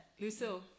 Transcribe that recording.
Lucille